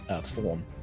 form